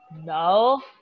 No